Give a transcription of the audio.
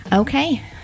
Okay